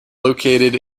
located